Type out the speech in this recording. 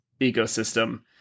ecosystem